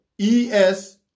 ES